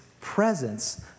presence